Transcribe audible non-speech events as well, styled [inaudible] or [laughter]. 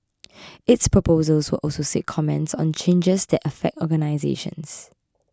[noise] its proposals will also seek comments on changes that affect organisations